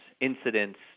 incidents